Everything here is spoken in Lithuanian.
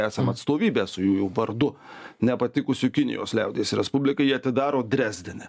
esam atstovybę su jųjų vardu nepatikusių kinijos liaudies respublikai jie atidaro drezdene